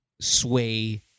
sway